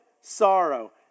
sorrow